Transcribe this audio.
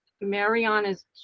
Mariana's